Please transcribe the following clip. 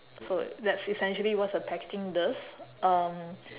so that's essentially what's the packaging does um